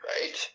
Right